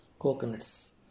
coconuts